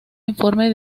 informe